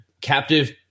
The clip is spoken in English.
captive